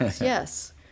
yes